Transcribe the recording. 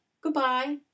Goodbye